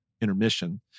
intermission